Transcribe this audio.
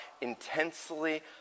intensely